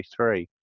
1993